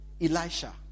Elisha